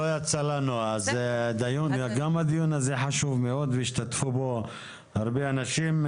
גם הדיון הזה חשוב מאוד, והשתתפו בו הרבה אנשים.